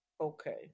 Okay